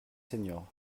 seniors